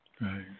Right